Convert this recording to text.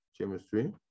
chemistry